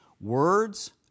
Words